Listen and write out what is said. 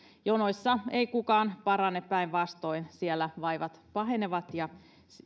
jonoissa ei kukaan parane päinvastoin siellä vaivat pahenevat ja